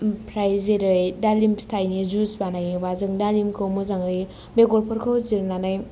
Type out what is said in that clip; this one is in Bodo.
ओमफ्राय जेरै दालिम फिथाइन जुस बानायोबा जों दालिमखौ मोजांयै बेगर फोरखौ जिरनानै